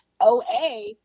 oa